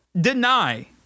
deny